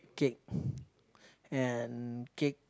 cake and cake